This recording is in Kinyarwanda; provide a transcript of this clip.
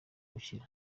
gukira